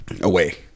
Away